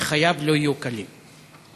וחייו לא יהיו קלים.